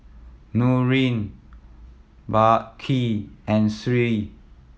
Nurin Balqis and Sri